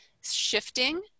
shifting